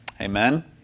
Amen